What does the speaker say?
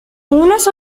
unas